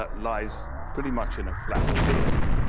but lies pretty much in a flat disk.